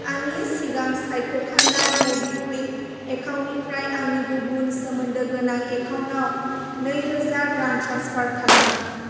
आंनि सिगां सायख' खानाय मबिक्वुइक एकाउन्टनिफ्राय आंनि गुबुन सोमोन्दो गोनां एकाउन्टाव नै रोजा रां ट्रेन्सफार खालाम